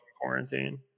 quarantine